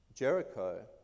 Jericho